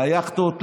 ליאכטות,